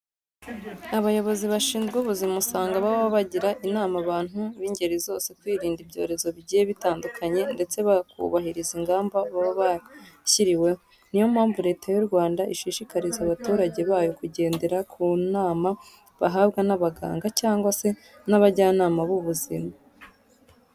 Abayobozi bashinzwe ubuzima usanga baba bagira inama abantu b'ingeri zose kwirinda ibyorezo bigiye bitandukanye ndetse bakubahiriza ingamba baba barashyiriweho. Niyo mpamvu Leta y'u Rwanda ishishikariza abaturage bayo kugendera ku nama bahabwa n'abaganga cyangwa se n'abajyanama b'ubuzima.